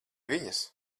viņas